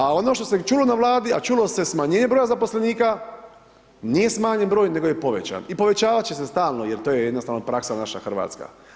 A ono što se čulo na Vladi, a čulo se smanjenje broja zaposlenika, nije smanjen broj je povećan i povećavat će se stalno jer to je jednostavno praksa naša Hrvatska.